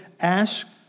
ask